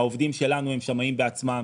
העובדים שלנו הם שמאים בעצמם,